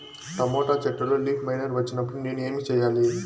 Tomato చెట్టులో leaf miner వచ్చినప్పుడు నేను ఏమి చెయ్యాలి?